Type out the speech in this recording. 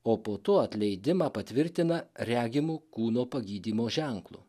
o po to atleidimą patvirtina regimu kūno pagydymo ženklu